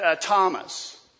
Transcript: Thomas